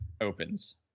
opens